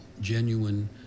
genuine